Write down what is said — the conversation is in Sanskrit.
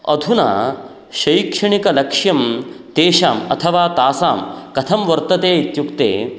अधुना शैक्षणिकलक्ष्यं तेषाम् अथवा तासां कथं वर्तते इत्युक्ते